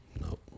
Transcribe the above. No